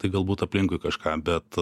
tai galbūt aplinkui kažką bet